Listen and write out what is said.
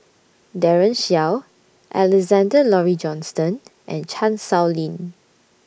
Daren Shiau Alexander Laurie Johnston and Chan Sow Lin